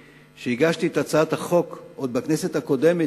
כשהגשתי את הצעת החוק עוד בכנסת הקודמת,